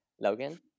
Logan